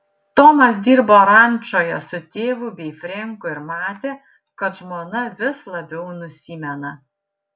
tomas dirbo rančoje su tėvu bei frenku ir matė kad žmona vis labiau nusimena